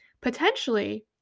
potentially